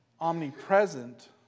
omnipresent